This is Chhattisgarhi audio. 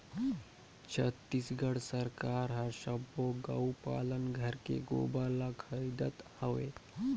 छत्तीसगढ़ सरकार हर सबो गउ पालन घर के गोबर ल खरीदत हवे